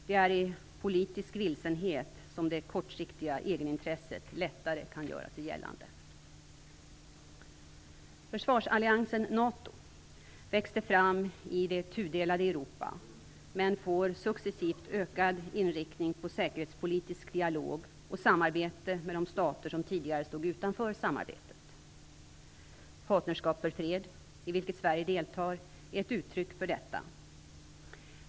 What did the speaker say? Det är i politisk vilsenhet som det kortsiktiga egenintresset lättare kan göra sig gällande. Försvarsalliansen NATO växte fram i det tudelade Europa, men får successivt ökad inriktning på säkerhetspolitisk dialog och samarbete med de stater som tidigare stod utanför samarbetet. Partnerskap för fred, i vilket Sverige deltar, är ett uttryck för detta.